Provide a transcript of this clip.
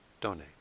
donate